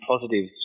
positive